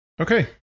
Okay